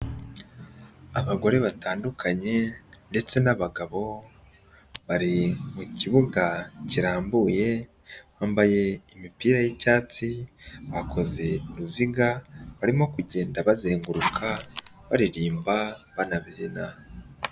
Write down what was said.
Abagore batandukanye ndetse n'abagabo, bari mu kibuga kirambuye, bambaye imipira y'icyatsi, bakoze uruziga, barimo kugenda bazenguruka, baririmba banabyina.